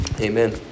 Amen